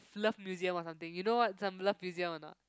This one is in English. Love Museum or something you know what some Love Museum or not